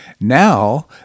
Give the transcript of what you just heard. Now